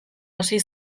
hasi